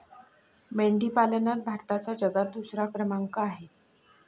मेंढी पालनात भारताचा जगात दुसरा क्रमांक आहे